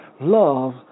Love